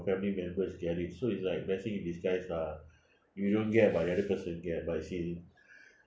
family members get it so it's like blessing in disguise lah you don't get but the other person get but since